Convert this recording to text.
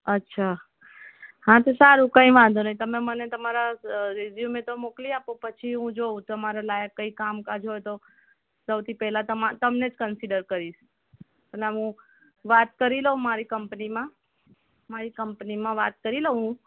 અચ્છા હા તો સારું કઈ વાંધો નહીં તમે મને તમારા રિઝયૂમેં તો મોકલી આપો પછી હું જોઉં તમારા લાયક કંઈક કામકાજ હોય તો સૌથી પહેલાં તમા તમને જ કન્સીડર કરીશ પહેલાં હું વાત કરી લઉં મારી કંપનીમાં મારી કંપનીમાં વાત કરી લઉં હું